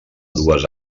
dues